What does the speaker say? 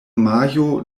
majo